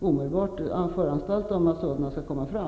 omedelbart föranstalta om att sådana skall komma fram.